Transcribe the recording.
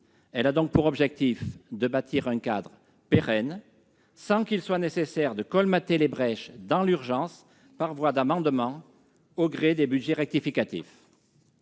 loi a donc pour objectif de bâtir un cadre pérenne, sans qu'il soit nécessaire de colmater les brèches dans l'urgence par voie d'amendements au gré des budgets rectificatifs.